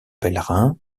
pèlerins